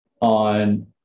on